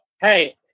Hey